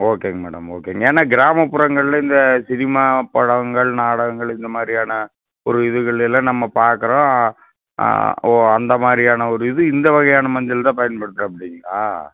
ஓகேங்க மேடம் ஓகேங்க ஏன்னால் கிராமபுறங்களில் இந்த சினிமா படங்கள் நாடகங்கள் இந்த மாதிரியான ஒரு இதுகளில் எல்லாம் நம்ம பார்க்குறோம் ஓ அந்த மாதிரியான ஒரு இது இந்த வகையான மஞ்சள்தான் பயன்படுத்துகிறாப்படிங்களா